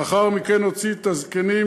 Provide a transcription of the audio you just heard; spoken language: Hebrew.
לאחר מכן הוציא את הזקנים,